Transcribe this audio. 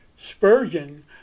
Spurgeon